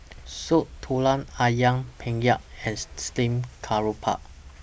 Soup Tulang Ayam Penyet and Steamed Garoupa